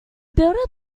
builder